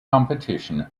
competition